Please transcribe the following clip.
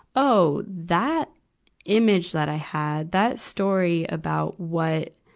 oh, that image that i had, that story about what,